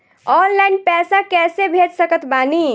Online पैसा कैसे भेज सकत बानी?